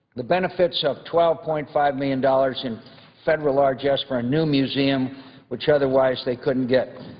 the benefits of twelve point five million dollars in federal largess for a new museum which otherwise they couldn't get.